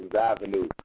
Avenue